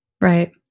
Right